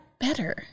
better